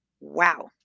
Wow